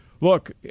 look